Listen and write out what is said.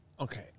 Okay